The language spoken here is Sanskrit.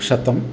शतम्